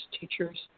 teachers